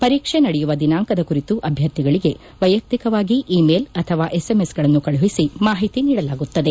ಪರೀಕ್ಷೆ ನಡೆಯುವ ದಿನಾಂಕದ ಕುರಿತು ಅಭ್ವರ್ಥಿಗಳಿಗೆ ವ್ಯೆಯಕ್ತಿಕವಾಗಿ ಇ ಮೇಲ್ ಅಥವಾ ಎಸ್ಎಂಎಸ್ಗಳನ್ನು ಕಳುಹಿಸಿ ಮಾಹಿತಿ ನೀಡಲಾಗುತ್ತದೆ